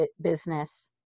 business